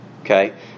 Okay